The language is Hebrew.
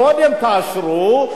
קודם תאשרו,